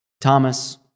Thomas